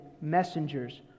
messengers